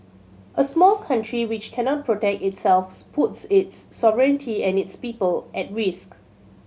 a small country which cannot protect itself puts its sovereignty and its people at risk